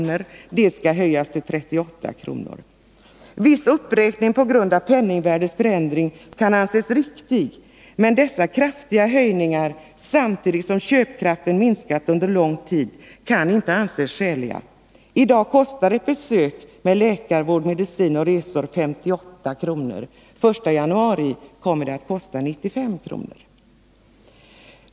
Detta belopp skall höjas till 38 kr. Viss uppräkning på grund av penningvärdets förändring kan anses riktig, men dessa kraftiga höjningar, samtidigt som köpkraften minskat under lång tid, kan inte anses skäliga. I dag kostar ett besök med läkarvård, medicin och resor 58 kr. Den 1 januari kommer detta att kosta 95 kr.